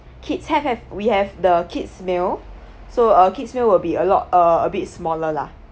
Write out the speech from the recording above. kids have have we have the kids meal so err kids meal will be a lot uh a bit smaller lah